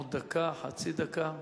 עוד דקה, חצי דקה.